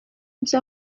byo